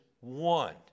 one